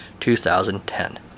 2010